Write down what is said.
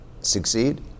succeed